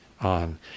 on